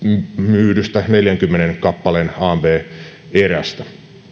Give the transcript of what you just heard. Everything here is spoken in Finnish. myydystä neljäänkymmeneen kappaleen amv erästä